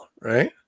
Right